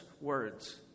words